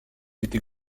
été